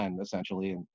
essentially